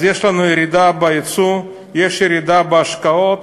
אז יש לנו ירידה ביצוא, יש ירידה בהשקעות,